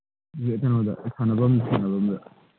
ꯀꯩꯅꯣꯗ ꯁꯥꯟꯅꯐꯝꯗ ꯁꯥꯟꯅꯐꯝꯗ